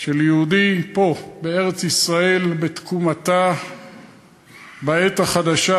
של יהודי פה, בארץ-ישראל, בתקומתה בעת החדשה,